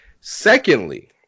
Secondly